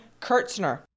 Kurtzner